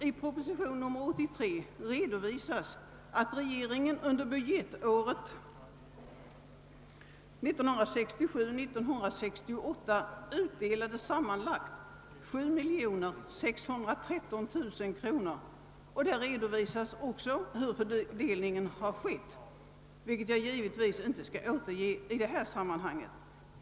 I proposition nr 83 redovisas att regeringen under budgetåret 1967/68 utdelade sammanlagt 7613 000 kronor. Där redovisas också hur fördelningen har skett, vilket jag givetvis inte skall återge i detta sammanhang.